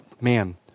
man